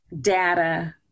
data